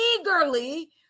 eagerly